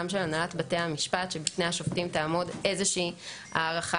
של הנהלת בתי המשפט שבפני השופטים תעמוד איזושהי הערכה.